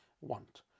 want